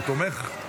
הוא תומך.